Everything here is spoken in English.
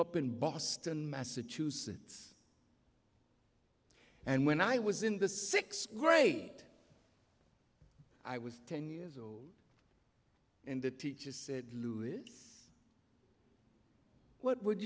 up in boston massachusetts and when i was in the sixth grade i was ten years old and the teacher said louis what would